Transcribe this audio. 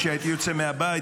כשהייתי יוצא מהבית,